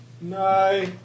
No